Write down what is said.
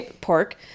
Pork